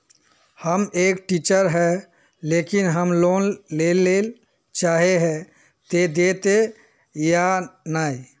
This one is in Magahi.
हम एक टीचर है लेकिन हम लोन लेले चाहे है ते देते या नय?